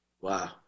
wow